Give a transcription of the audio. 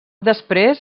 després